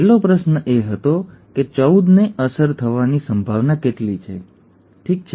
છેલ્લો પ્રશ્ન એ હતો કે 14 ને અસર થવાની સંભાવના કેટલી છે ઠીક છે